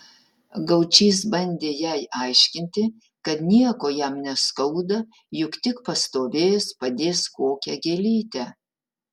gaučys bandė jai aiškinti kad nieko jam neskauda juk tik pastovės padės kokią gėlytę